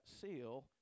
seal